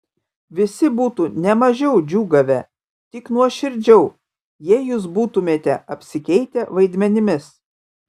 visi būtų ne mažiau džiūgavę tik nuoširdžiau jei jūs būtumėte apsikeitę vaidmenimis